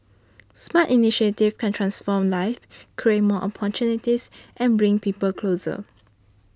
smart initiatives can transform lives create more opportunities and bring people closer